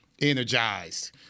energized